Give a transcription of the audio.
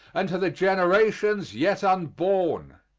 and to the generations yet unborn.